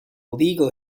legal